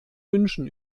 wünschen